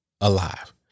alive